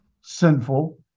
sinful